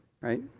right